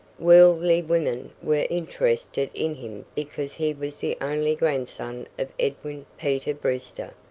worldly women were interested in him because he was the only grandson of edwin peter brewster,